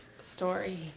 story